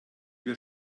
wir